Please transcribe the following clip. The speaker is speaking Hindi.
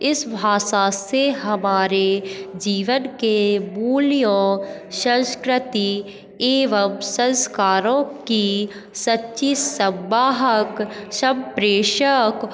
इस भाषा से हमारे जीवन के मूल्यों संस्कृति एवं संस्कारों की सच्ची संवाहक सम्प्रेषक